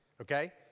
okay